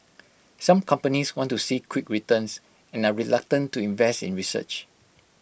some companies want to see quick returns and are reluctant to invest in research